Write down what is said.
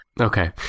Okay